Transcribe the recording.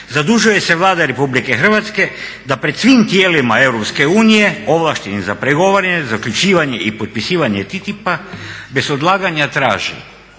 zadužuje se Vlada RH da pred svim tijelima EU ovlaštenim za pregovaranje, zaključivanje i potpisivanje TTIP-a bez odlaganja traži